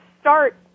start